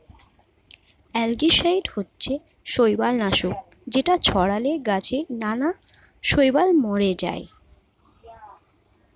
algicide হচ্ছে শৈবাল নাশক যেটা ছড়ালে গাছে নানা শৈবাল মরে যায়